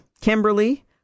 Kimberly